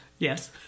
Yes